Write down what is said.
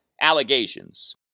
allegations